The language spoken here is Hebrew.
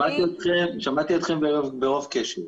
שמעתי אתכם ברוב קשב.